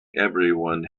everyone